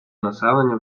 населення